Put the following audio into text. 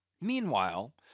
meanwhile